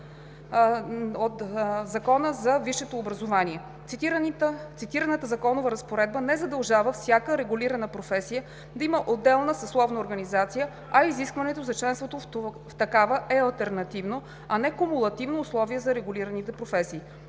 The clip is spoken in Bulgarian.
от Закона за висшето образование. Цитираната законова разпоредба не задължава всяка регулирана професия да има отделна съсловна организация, а изискването за членство в такава е алтернативно, а не кумулативно условие за регулираните професии.